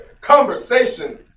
conversations